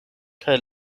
kaj